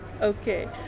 Okay